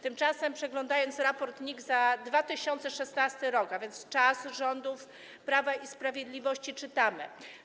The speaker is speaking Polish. Tymczasem przeglądając raport NIK za 2016 r. - czas rządów Prawa i Sprawiedliwości - czytamy: